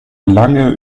lange